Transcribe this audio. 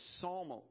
Psalm